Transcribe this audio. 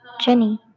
Jenny